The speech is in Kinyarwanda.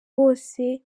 bose